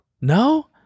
No